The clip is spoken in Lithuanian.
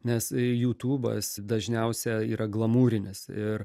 nes jutūbas dažniausia yra glamūrinis ir